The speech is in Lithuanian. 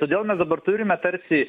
todėl mes dabar turime tarsi